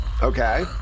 okay